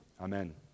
Amen